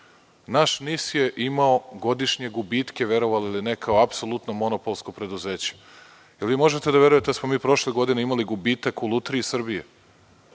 naš NIS je imao godišnje gubitke verovali ili ne, kao apsolutno monopolsko preduzeće? Da li vi možete da verujete da smo mi prošle godine imali gubitak u „Lutriji Srbije“,